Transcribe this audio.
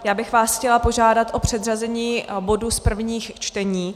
Já bych vás chtěla požádat o předřazení bodů z prvních čtení.